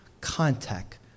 contact